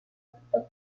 adoptar